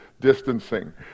distancing